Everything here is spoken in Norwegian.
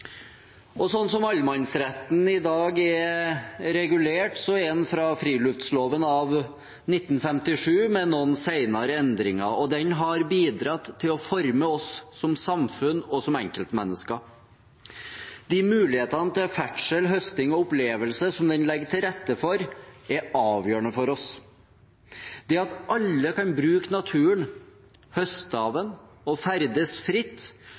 i dag er regulert i friluftsloven av 1957, med noen senere endringer, har bidratt til å forme oss som samfunn og som enkeltmennesker. De mulighetene til ferdsel, høsting og opplevelse som den legger til rette for, er avgjørende for oss. Det at alle kan bruke naturen, høste av den og ferdes fritt